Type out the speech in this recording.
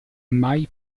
mai